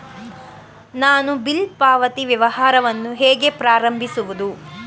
ನಾನು ಬಿಲ್ ಪಾವತಿ ವ್ಯವಹಾರವನ್ನು ಹೇಗೆ ಪ್ರಾರಂಭಿಸುವುದು?